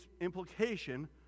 implication